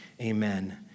amen